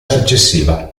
successiva